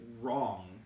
wrong